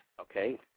okay